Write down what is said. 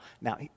now